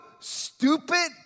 Stupid